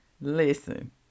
listen